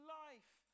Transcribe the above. life